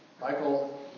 Michael